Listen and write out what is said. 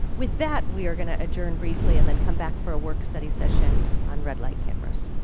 with that we are going to adjourn briefly and then come back for a work study session on red light cameras.